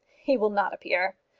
he will not appear.